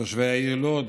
תושבי העיר לוד